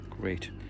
Great